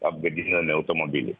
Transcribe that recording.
apgadinami automobiliai